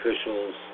officials